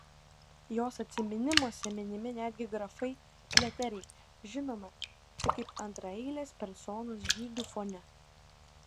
jos atsiminimuose minimi netgi grafai pliateriai žinoma tik kaip antraeilės personos žygių fone